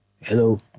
hello